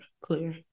clear